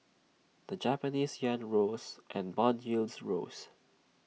the Japanese Yen rose and Bond yields rose